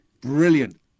brilliant